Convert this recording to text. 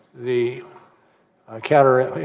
the caribbean,